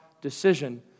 decision